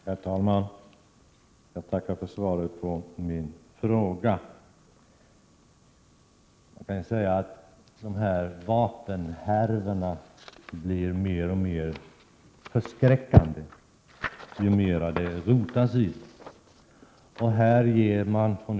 Herr talman! Jag tackar för svaret på min fråga. De här vapenhärvorna blir alltmer förskräckande ju mer det rotas i dem.